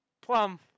Plum